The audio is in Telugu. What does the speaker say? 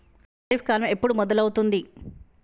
ఖరీఫ్ కాలం ఎప్పుడు మొదలవుతుంది?